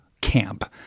camp